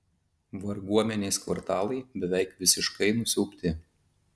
varguomenės kvartalai beveik visiškai nusiaubti